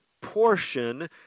portion